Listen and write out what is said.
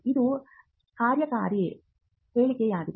ಇದು ಕಾರ್ಯಕಾರಿ ಹೇಳಿಕೆಯಾಗಿದೆ